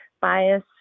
bias